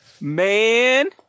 Man